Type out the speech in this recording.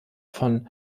vom